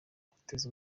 guteza